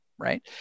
right